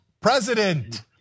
president